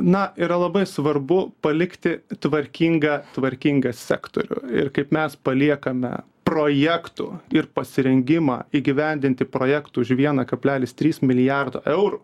na yra labai svarbu palikti tvarkingą tvarkingą sektorių ir kaip mes paliekame projektų ir pasirengimą įgyvendinti projektų už vieną kablelis tris milijardo eurų